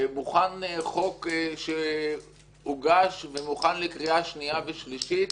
מוכן חוק שהוגש ומוכן לקריאה שנייה ושלישית